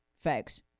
folks